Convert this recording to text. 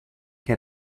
che